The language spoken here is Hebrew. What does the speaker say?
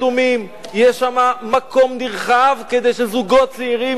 יש שם מקום נרחב כדי שזוגות צעירים יוכלו לגור.